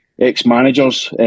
ex-managers